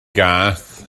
gath